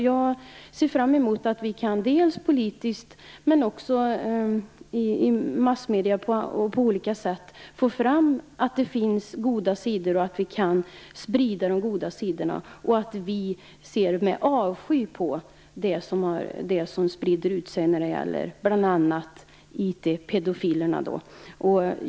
Jag hoppas att vi politiskt, i massmedierna och på andra sätt kan främja de goda sidorna och framhålla att vi ser med avsky på det material som bl.a. IT pedofilerna sprider.